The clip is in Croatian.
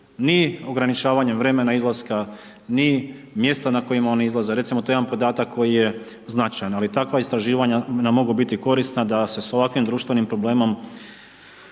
ni ograničavanjem vremena izlaska, ni mjesta na kojima oni izlaze, recimo, to je jedan podatak koji je značajan, ali takva istraživanja nam mogu biti korisna da se s ovakvim društvenim problemom